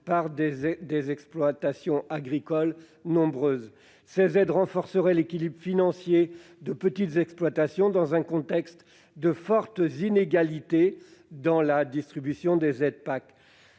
par des exploitations agricoles nombreuses. Ces aides renforceraient en outre l'équilibre financier de petites exploitations, dans un contexte de fortes inégalités dans la distribution des aides de